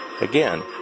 again